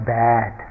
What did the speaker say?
bad